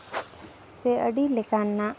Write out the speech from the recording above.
ᱥᱮ ᱟᱹᱰᱤ ᱞᱮᱠᱟᱱᱟᱜ